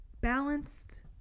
balanced